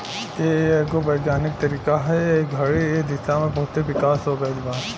इ एगो वैज्ञानिक तरीका ह ए घड़ी ए दिशा में बहुते विकास हो गईल बा